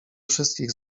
wszystkich